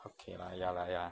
okay lah ya lah ya